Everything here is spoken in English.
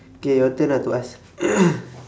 K your turn ah to ask